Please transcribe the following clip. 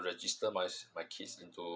register my my kids into